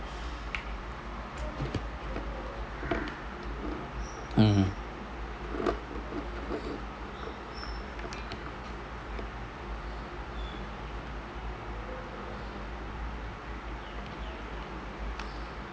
mmhmm